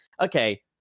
okay